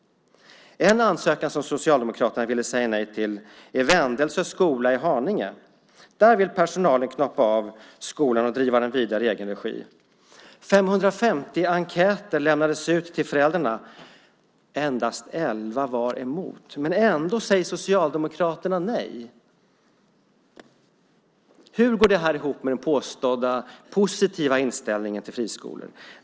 En ansökan som Socialdemokraterna säger nej till gäller Vendelsö skola i Haninge. Där vill personalen knoppa av och driva skolan i egen regi. 550 enkäter har skickats ut till föräldrarna. Endast elva föräldrar var emot. Ändå säger Socialdemokraterna nej. Hur går detta ihop med den påstådda positiva inställningen till friskolor?